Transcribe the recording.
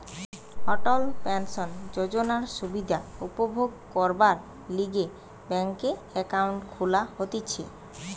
অটল pension যোজনার সুবিধা উপভোগ করবার লিগে ব্যাংকে একাউন্ট খুলা হতিছে